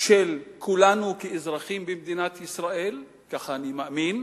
של כולנו כאזרחים במדינת ישראל, כך אני מאמין,